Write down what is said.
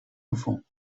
enfants